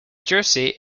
jersey